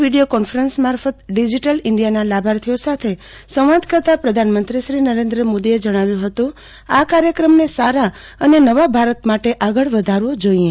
video conference મારફત digital ઇન્ડિયાના લાભાર્થીઓ સાથે સંવાદ કરતાં પ્રધાનમંત્રી નરેન્દ્ર મોદીએ જણાવ્યું કે આ કાર્યક્રમને સારા અને નવા ભારત માટે આગળ વધારવો જોઈએ